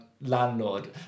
landlord